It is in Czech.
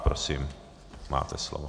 Prosím, máte slovo.